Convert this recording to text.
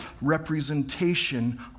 representation